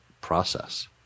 process